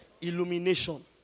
illumination